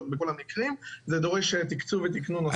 ובכל המקרים זה דורש תקצוב ותכנון נוסף.